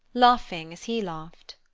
laughing as he laughed.